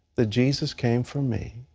that jesus came for me.